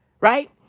Right